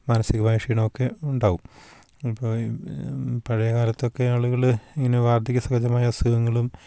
മാനസികമായ ക്ഷീണമൊക്കെ ഉണ്ടാവും ഇപ്പോൾ പഴയകാലത്തൊക്കെ ആളുകൾ ഇങ്ങനെ വാർദ്ധക്യ സഹജമായ അസുഖങ്ങളും